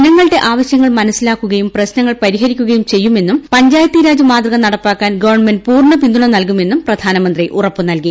ജനങ്ങളുടെ ആവശൃങ്ങൾ മനസിലാക്കുകയും പ്രശ്നങ്ങൾ പരിഹരിക്കുകയും ചെയ്യുമെന്നും പഞ്ചായത്തീരാജ് മാതൃക നടപ്പാക്കാൻ ഗവൺമെന്റ് പൂർണ്ണ പിന്തുണ നൽകുമെന്നും പ്രധാനമന്ത്രി ഉറപ്പുനൽകി